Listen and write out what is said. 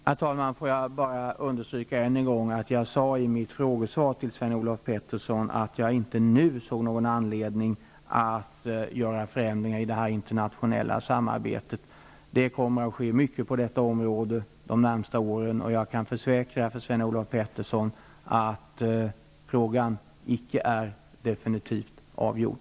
Herr talman! Får jag bara än en gång understryka att jag sade i mitt frågesvar till Sven-Olof Petersson att jag inte nu ser någon anledning att vidta föränd ringar i det här internationella samarbetet. Det kommer att ske mycket på detta område under de närmaste åren. Jag kan försäkra Sven-Olof Petersson att frågan icke är definitivt avgjord.